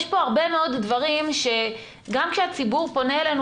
יש פה הרבה מאוד דברים שגם כשהציבור פונה אלינו